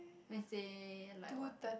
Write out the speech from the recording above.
let's say like what time